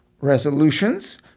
Resolutions